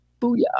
booyah